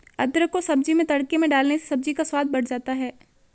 अदरक को सब्जी में तड़के में डालने से सब्जी का स्वाद बढ़ जाता है